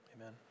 Amen